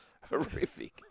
Horrific